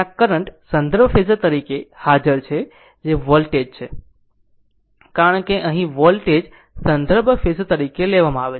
આ કરંટ સંદર્ભ ફેઝર તરીકે હાજર છે જે વોલ્ટેજ છે કારણ કે અહીં વોલ્ટેજ સંદર્ભ ફેઝર તરીકે લેવામાં આવે છે